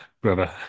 brother